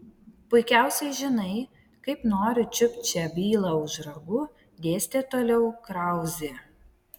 puikiausiai žinai kaip noriu čiupt šią bylą už ragų dėstė toliau krauzė